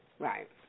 Right